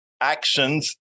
actions